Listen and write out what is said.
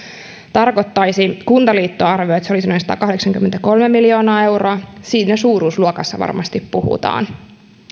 tarkoittaisi kuntaliitto arvioi että se olisi noin satakahdeksankymmentäkolme miljoonaa euroa siitä suuruusluokasta varmasti puhutaan